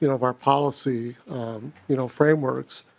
you know of our policy you know frameworks.